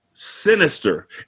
sinister